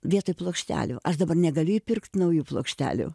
vietoj plokštelių aš dabar negaliu įpirkti naujų plokštelių